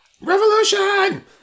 Revolution